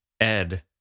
Ed